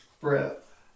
breath